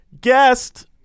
guest